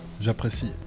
j'apprécie